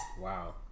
Wow